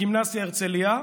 הגימנסיה הרצליה,